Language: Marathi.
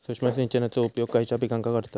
सूक्ष्म सिंचनाचो उपयोग खयच्या पिकांका करतत?